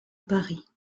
paris